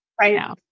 Right